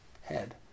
head